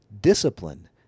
Discipline